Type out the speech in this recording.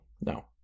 No